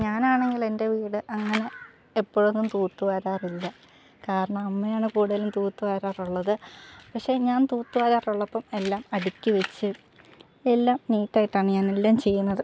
ഞാനാണെങ്കിൽ എൻ്റെ വീട് അങ്ങനെ എപ്പോഴോന്നും തൂത്തു വാരാറില്ല കാരണം അമ്മയാണ് കൂടുതലും തൂത്തു വാരാറുള്ളത് പക്ഷേ ഞാൻ തൂത്തുവാരാറുള്ളപ്പം എല്ലാം അടുക്കി വെച്ച് എല്ലാം നീറ്റായിട്ടാണ് ഞാൻ എല്ലാം ചെയ്യുന്നത്